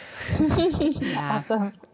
Awesome